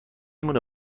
مونه